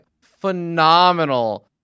phenomenal